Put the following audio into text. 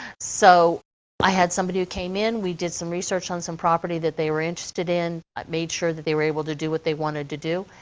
so i had somebody who came in, we did some research on some property that they were interested in. i made sure that they were able to do what they wanted to do.